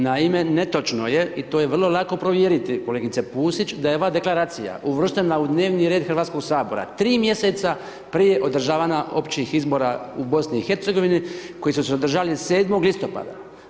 Naime, netočno je i to je vrlo lako provjeriti kolegice Pusić da je ova Deklaracija uvrštena u dnevni red HS-a tri mjeseca prije održavanja općih izbora u BiH koji su se održali 7. listopada.